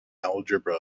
algebra